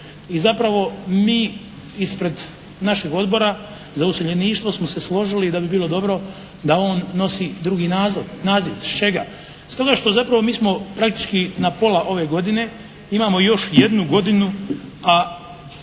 i zapravo mi ispred našeg Odbora za useljeništvo smo se složili da bi bilo dobro da on nosi drugi naziv. Radi čega? Stoga što zapravo mi smo praktički na pola ove godine, imamo još jednu godinu, a